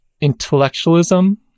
intellectualism